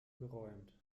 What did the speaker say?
geräumt